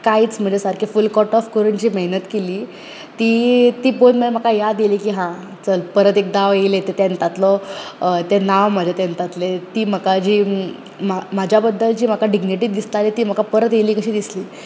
कांयच म्हणजे सारके फुल कट ऑफ करून जी मेहनत केल्ली ती ती पळोवन म्हाका याद येयली की हा चल परत एकदा हांव येयले ते टैन्थातलो ते नांव म्हजे टैन्थातले ती म्हाका जी म्हज्या बद्दल जी म्हाका डिग्निटी दिस्ताली ती म्हाका परत येयली कशी दिसली